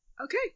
Okay